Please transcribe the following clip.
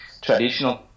traditional